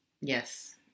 yes